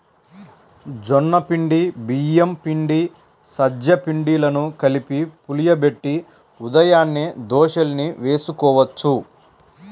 జొన్న పిండి, బియ్యం పిండి, సజ్జ పిండిలను కలిపి పులియబెట్టి ఉదయాన్నే దోశల్ని వేసుకోవచ్చు